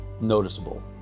noticeable